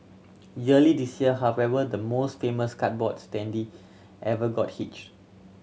earlier this year however the most famous cardboard standee ever got hitched